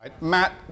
Matt